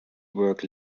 work